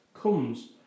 comes